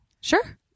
Sure